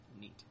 Neat